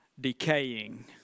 decaying